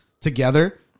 together